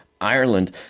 Ireland